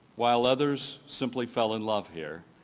while others simply fell in love here.